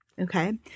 okay